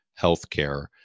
Healthcare